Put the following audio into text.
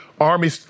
army